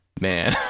man